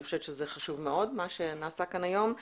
אני חושבת שמה שנעשה כאן היום חשוב מאוד.